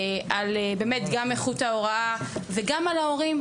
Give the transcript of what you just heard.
גם איכות ההוראה וגם על ההורים.